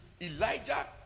Elijah